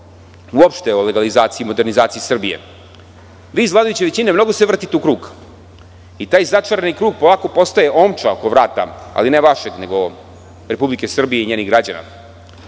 uopšte o legalizaciji i modernizaciji Srbije, vi iz vladajuće većine mnogo se vrtite u krug. Taj začarani krug polako postaje omča oko vrata, ali ne vašeg, nego Republike Srbije i njenih građana.